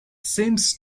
seems